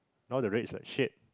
now the rate is like shit